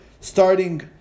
starting